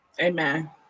Amen